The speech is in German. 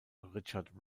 richard